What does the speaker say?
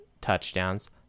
touchdowns